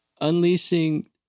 Unleashing